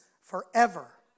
forever